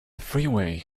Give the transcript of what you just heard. freeway